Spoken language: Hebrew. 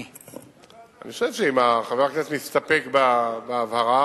אני חושב שאם חבר הכנסת מסתפק בהבהרה,